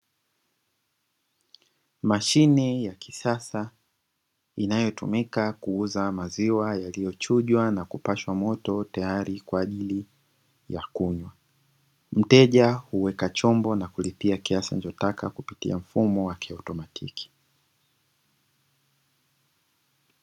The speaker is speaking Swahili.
Mashine ya kisasa inayotumika kuuza maziwa yaliyochujwa na kupashwa moto tayari kwaajili ya kunywa. Mteja huweka chombo na kulipia kiasi anachotaka kupitia mfumo wa kiautomatiki.